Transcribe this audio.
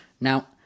Now